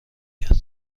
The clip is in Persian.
کرد